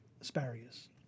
asparagus